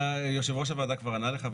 יושב ראש הוועדה כבר ענה לך.